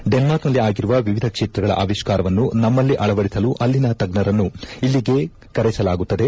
ಡೆನ್ನಾರ್ಕ್ನಲ್ಲಿ ಆಗಿರುವ ವಿವಿಧ ಕ್ಷೇತ್ರಗಳ ಅವಿಷ್ಕಾರವನ್ನು ನಮ್ನಲ್ಲಿ ಅಳವಡಿಸಲು ಅಲ್ಲಿನ ತಜ್ಞರನ್ನು ಇಲ್ಲಿಗೆ ಕರೆಸಲಾಗುತ್ತದೆ